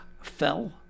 Fell